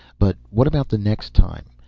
but what about the next time?